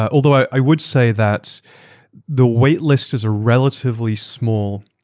ah although i would say that the wait list is a relatively small